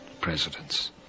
presidents